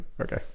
Okay